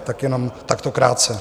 Tak jenom takto krátce.